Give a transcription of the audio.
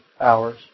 hours